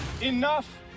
Enough